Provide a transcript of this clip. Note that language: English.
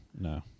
no